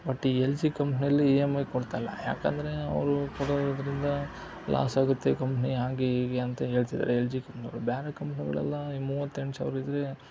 but ಈ L G ಕಂಪ್ನ್ಯಲ್ಲಿ E M I ಕೊಡ್ತಾ ಇಲ್ಲ ಯಾಕಂದರೆ ಅವರು ಕೊಡೋದರಿಂದ ಲಾಸ್ ಆಗುತ್ತೆ ಕಂಪ್ನಿ ಹಾಗೇ ಹೀಗೆ ಅಂತ ಹೇಳ್ತಿದ್ದಾರೆ ಎಲ್ ಜಿ ಕಂಪನಿಯವರು ಬೇರೆ ಕಂಪ್ನಿಗಳೆಲ್ಲ ಮುವತ್ತೆಂಟು ಸಾವಿರ ಇದ್ದರೆ